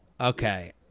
okay